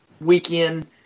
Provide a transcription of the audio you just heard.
weekend